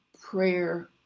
Prayer